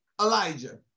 Elijah